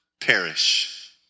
perish